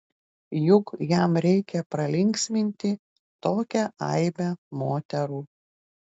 juk jam reikia pralinksminti tokią aibę moterų